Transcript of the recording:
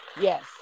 yes